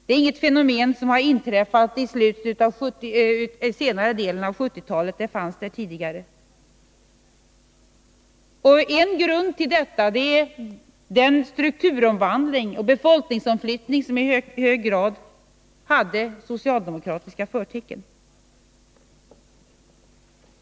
Det är inget fenomen som inträffat under senare delen av 1970-talet. Det fanns där tidigare. En grund till detta är den strukturomvandling och befolkningsomflyttning som i hög grad haft socialdemokratiska förtecken.